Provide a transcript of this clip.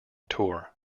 tour